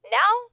now